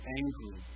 angry